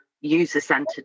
user-centered